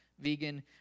vegan